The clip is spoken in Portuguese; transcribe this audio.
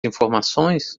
informações